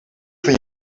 van